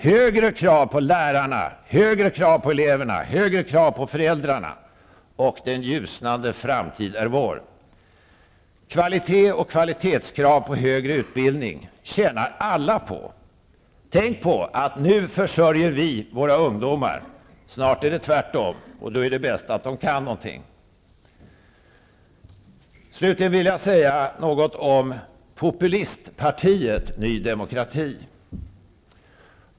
Det skall ställas högre krav på lärarna, eleverna och föräldrarna -- och den ljusnande framtid är vår. Alla tjänar på kvalitet och kvalitetskrav på högre utbildning. Tänk på att vi nu försörjer våra ungdomar. Snart är det tvärtom, och då är det bäst om de kan något. Slutligen vill jag säga något om populistpartiet Ny demokrati.